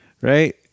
Right